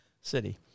city